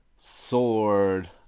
sword